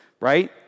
right